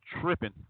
tripping